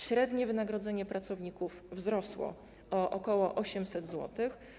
Średnie wynagrodzenie pracowników wzrosło o ok. 800 zł.